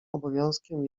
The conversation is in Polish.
obowiązkiem